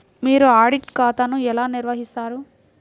మీరు ఆడిట్ ఖాతాను ఎలా నిర్వహిస్తారు?